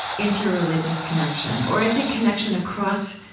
interreligious connection or, i think, connection across